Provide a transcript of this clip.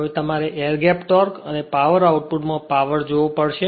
હવે તમારે air gap torque અને પાવર આઉટપુટ માં પાવર જોવો પડશે